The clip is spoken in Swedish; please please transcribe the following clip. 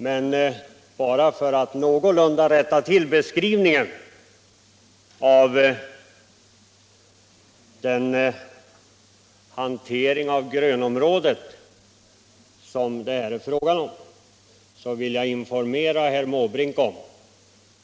Men bara för att någorlunda rätta till beskrivningen av den hantering av grönområdet som det här är fråga om vill jag informera herr Måbrink om